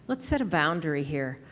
but set a boundary here,